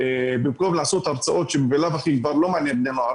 במקום לעשות הרצאות שהן בלאו הכי כבר לא מעניינות בני נוער,